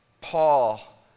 Paul